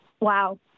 Wow